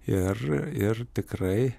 ir ir tikrai